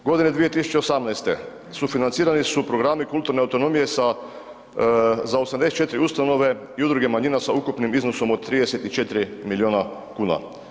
Godine 2018. sufinancirani su programi kulturne autonomije za 84 ustanove i udruge manjina sa ukupnim iznosom od 34 milijuna kuna.